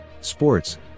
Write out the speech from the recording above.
Sports